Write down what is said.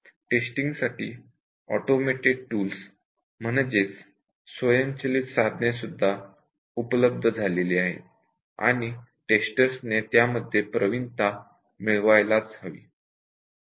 testing साठी automated tools सुद्धा उपलब्ध झालेली आहेत आणि टेस्टर्स ने त्यामध्ये प्रवीणता मिळवायलाच हवी